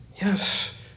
Yes